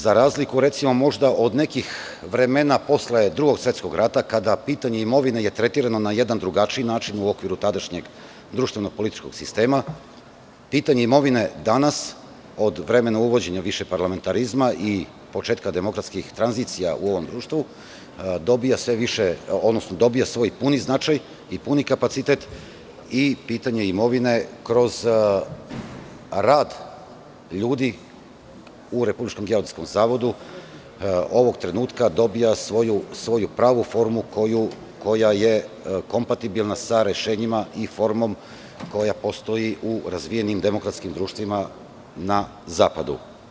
Za razliku od nekih vremena posle Drugog svetskog rata, kada je pitanje imovine tretirano na jedan drugačiji način u okviru tadašnjeg društveno-političkog sistema, pitanje imovine danas, od vremena uvođenja višeparlamentarizma i početka demokratskih tranzicija u ovom društvu dobija svoj puni značaj i puni kapacitet i pitanje imovine kroz rad ljudi u RGZ ovog trenutka dobija svoju pravu formu koja je kompatibilna sa rešenjima i formom koja postoji u razvijenim demokratskim društvima na zapadu.